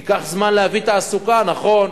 ייקח זמן להביא תעסוקה, נכון.